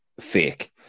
fake